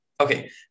Okay